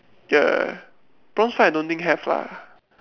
ya bronze right I don't think have lah